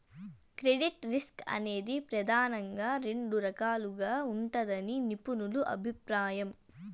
credit risk అనేది ప్రెదానంగా రెండు రకాలుగా ఉంటదని నిపుణుల అభిప్రాయం